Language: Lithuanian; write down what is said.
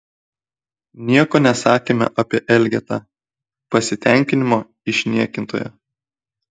nieko nesakėme apie elgetą pasitenkinimo išniekintoją